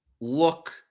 look